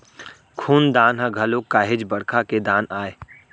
खून दान ह घलोक काहेच बड़का के दान आय